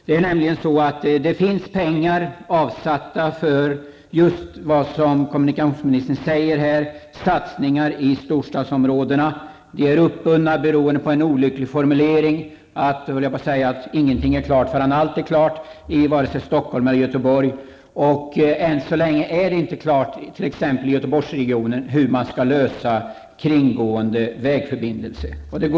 Det finns nämligen pengar avsatta för just det som kommunikationsministern här nämner, dvs. för satsningar i storstadsområdena. Att vi är uppbundna beror på en olycklig formulering. Ingenting är klart i vare sig Stockholm eller i Göteborg förrän allt är klart. Fortfarande är det oklart t.ex. i Göteborgsregionen hur frågan om kringgående vägförbindelser skall lösas.